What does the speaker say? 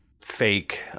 fake